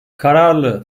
kararlı